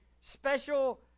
special